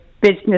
Business